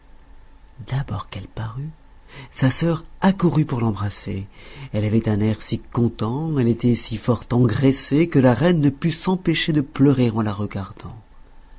d'abord qu'elle parut sa sœur accourut pour l'embrasser elle avait un air si content elle était si fort engraissée que la reine ne put s'empêcher de pleurer en la regardant